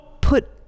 put